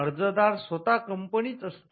अर्जदार स्वतः कंपनीच असते